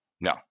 no